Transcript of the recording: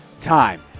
time